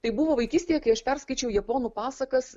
tai buvo vaikystėje kai aš perskaičiau japonų pasakas